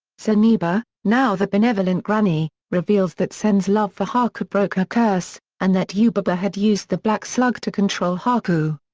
zeniba, now the benevolent granny, reveals that sen's love for haku broke her curse, and that yubaba had used the black slug to control haku.